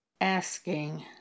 asking